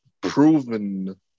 proven